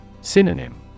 Synonym